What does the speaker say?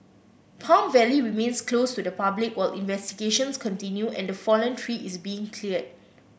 Palm Valley remains closed to the public while investigations continue and the fallen tree is being cleared